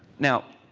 now,